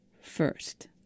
first